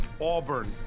Auburn